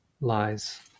lies